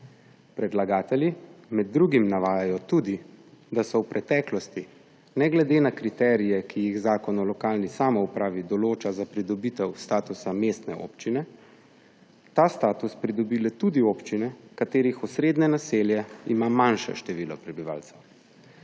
Predlagatelji med drugim navajajo tudi, da so v preteklosti ne glede na kriterije, ki jih Zakon o lokalni samoupravi določa za pridobitev statusa mestne občine, ta status pridobile tudi občine, katerih osrednje naselje ima manjše število prebivalcev.